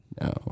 No